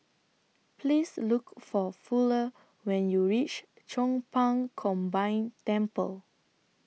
Please Look For Fuller when YOU REACH Chong Pang Combined Temple